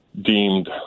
deemed